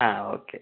ആ ഓക്കെ